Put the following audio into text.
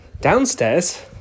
downstairs